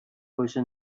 باشه